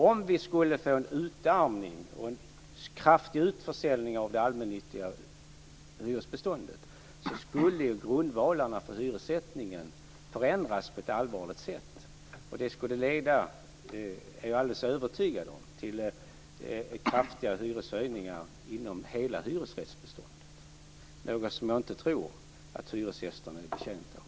Om det skulle ske en utarmning och en kraftig utförsäljning av det allmännyttiga hyresbeståndet, skulle grundvalarna för hyressättningen förändras på ett allvarligt sätt. Det skulle leda till, är jag alldeles övertygad om, kraftiga hyreshöjningar inom hela hyresrättsbeståndet - något som jag inte tror att hyresgästerna är betjänta av.